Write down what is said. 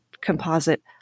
composite